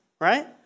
right